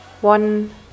One